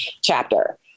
chapter